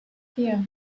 vier